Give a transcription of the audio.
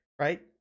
right